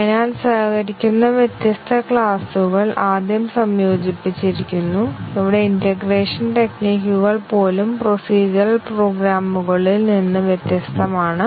അതിനാൽ സഹകരിക്കുന്ന വ്യത്യസ്ത ക്ലാസുകൾ ആദ്യം സംയോജിപ്പിച്ചിരിക്കുന്നു ഇവിടെ ഇന്റേഗ്രേഷൻ ടെക്നികുകൾ പോലും പ്രൊസീജ്യറൽ പ്രോഗ്രാമുകളിൽ നിന്ന് വ്യത്യസ്തമാണ്